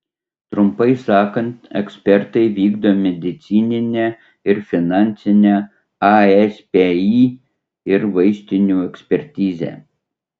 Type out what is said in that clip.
trumpai sakant ekspertai vykdo medicininę ir finansinę aspį ir vaistinių ekspertizę